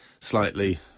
slightly